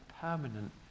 permanent